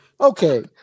okay